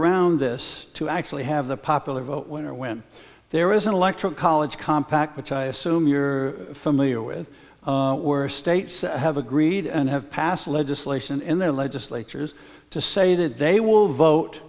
around this to actually have the popular vote winner when there is an electoral college compact which i assume you're familiar with were states have agreed and have passed legislation in their legislatures to say that they will vote